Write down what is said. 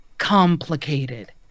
complicated